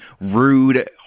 rude